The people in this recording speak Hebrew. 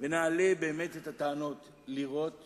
נעלה באמת את הטענות, לראות